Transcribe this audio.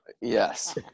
Yes